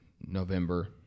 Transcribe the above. November